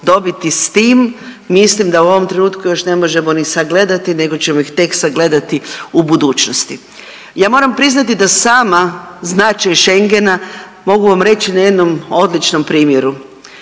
dobiti s tim mislim da u ovom trenutku još ne možemo ni sagledati, nego ćemo ih tek sagledati u budućnosti. Ja moram priznati da sam značaj Schengena mogu vam reći na jednom odličnom primjeru.